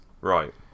right